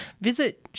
visit